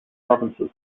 provinces